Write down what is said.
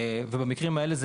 במקרים האלה,